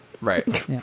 Right